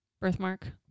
Birthmark